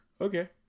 Okay